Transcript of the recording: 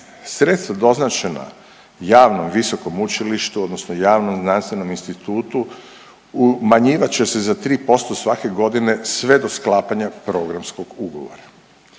Sredstva doznačena javnom visokom učilištu, odnosno javnom znanstvenom institutu umanjivat će se za 3% svake godine sve do sklapanja programskog ugovora.